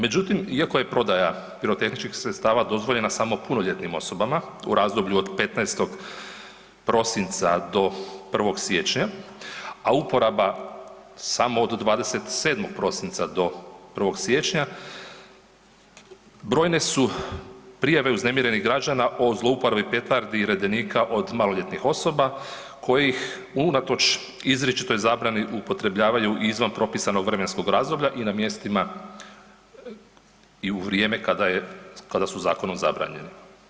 Međutim, iako je prodaja pirotehničkih sredstava dozvoljena samo punoljetnim osobama u razdoblju od 15. prosinca do 1. siječnja, a uporaba samo od 27. prosinca do 1. siječnja, brojne su prijave uznemirenih građana o zlouporabi petardi i redenika od maloljetnih osoba kojih unatoč izričitoj zabrani upotrebljavaju i izvan propisanog vremenskog razdoblja i na mjestima i u vrijeme kada je, kada su zakonom zabranjeni.